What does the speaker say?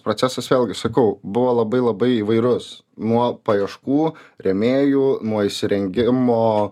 procesas vėlgi sakau buvo labai labai įvairus nuo paieškų rėmėjų nuo įsirengimo